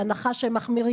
בהנחה שמצבם מחמיר?